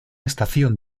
estación